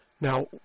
Now